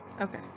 Okay